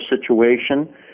situation